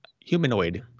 humanoid